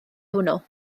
hwnnw